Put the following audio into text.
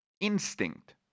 instinct